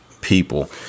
people